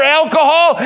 alcohol